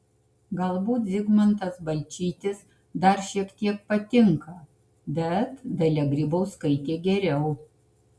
galbūt zigmantas balčytis dar šiek tiek patinka bet dalia grybauskaitė geriau